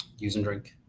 use and drink,